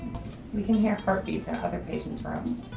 we can hear heartbeats in other patient's rooms.